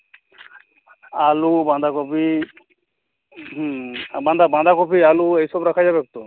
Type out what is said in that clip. আলু বাঁধাকপি হুম বাঁধা বাঁধাকপি আলু এই সব রাখা যাবে তো